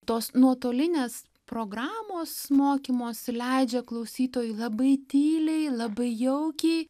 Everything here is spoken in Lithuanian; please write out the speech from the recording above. tos nuotolinės programos mokymosi leidžia klausytojui labai tyliai labai jaukiai